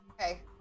Okay